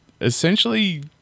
essentially